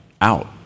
out